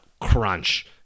crunch